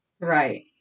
Right